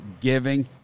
giving